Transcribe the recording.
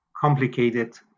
complicated